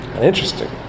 Interesting